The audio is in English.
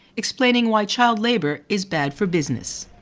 explaining why child labour is bad for business.